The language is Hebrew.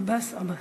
עבאס עבאס.